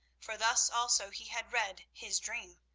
for thus also he had read his dream.